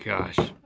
gosh,